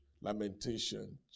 Lamentation